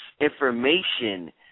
information